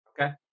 okay